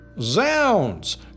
Zounds